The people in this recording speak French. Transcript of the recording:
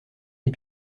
les